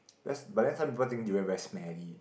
there's but then some people think durian very smelly